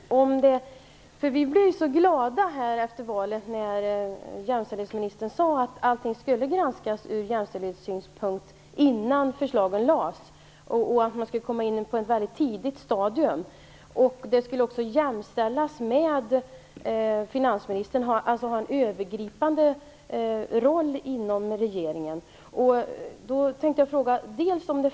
Fru talman! Jag vill ställa en fråga om just det här med granskningen. Vi blev så glada efter valet när jämställdhetsministern sade att allting skulle granskas från jämställdhetssynpunkt innan förslagen lades fram. Man skulle komma in på ett mycket tidigt stadium, och denna granskning skulle jämställas med finansministerns, dvs. den skulle vara övergripande.